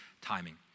timing